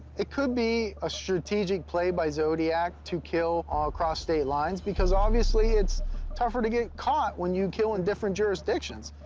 it could be a strategic play by zodiac to kill ah across state lines, because obviously it's tougher to get caught when you kill in different jurisdictions.